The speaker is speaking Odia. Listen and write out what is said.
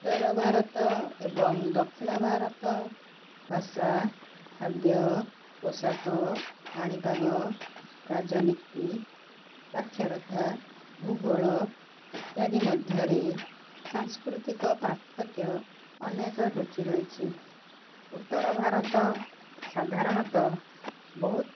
ଉତ୍ତର ଭାରତ ଏବଂ ଦକ୍ଷିଣ ଭାରତ ଭାଷା ଖାଦ୍ୟ ପୋଷାକ ପାଣି ପାଗ ରାଜନୀତି ସ୍ୱାକ୍ଷରତା ଭୂଗୋଳ ଇତ୍ୟାଦି ମଧ୍ୟରେ ସାଂସ୍କୃତିକ ପାର୍ଥକ୍ୟ ଅନେକ ଲୁଚି ରହିଛି ଉତ୍ତର ଭାରତ ସାଧାରଣତଃ ବହୁତ